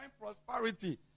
prosperity